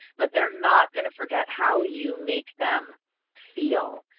but they're not going to forget how you make them feel.